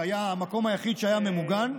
שהיה המקום היחיד שהיה ממוגן,